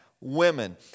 women